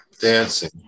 dancing